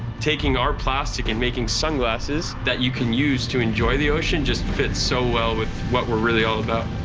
taking our plastic and making sunglasses that you can use to enjoy the ocean just fit so well with what we're really all about.